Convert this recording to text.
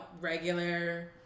regular